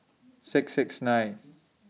six six nine